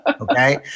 Okay